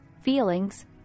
feelings